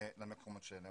למקומות שלהם.